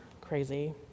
crazy